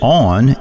on